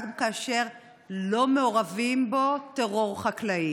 גם כאשר לא מעורב בו טרור חקלאי: